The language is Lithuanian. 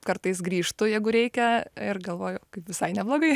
kartais grįžtu jeigu reikia ir galvoju kaip visai neblogai